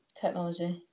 technology